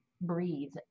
Breathe